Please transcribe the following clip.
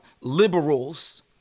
liberals